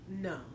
No